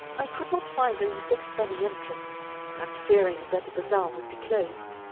i could not find any sixpenny entrance and, fearing that the bazaar would be closed,